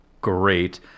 great